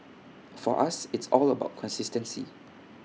for us it's all about consistency